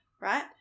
Right